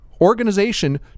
organization